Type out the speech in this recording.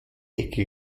ecke